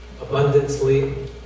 abundantly